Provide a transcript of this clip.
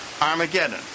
Armageddon